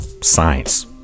Science